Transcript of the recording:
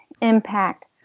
impact